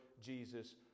Jesus